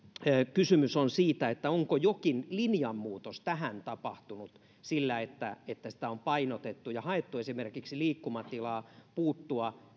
kysymys on siitä onko jokin linjanmuutos tähän tapahtunut sillä että että tätä on painotettu ja on haettu esimerkiksi liikkumatilaa puuttua